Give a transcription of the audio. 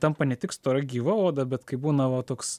tampa ne tik stora gyva oda bet kai būna va toks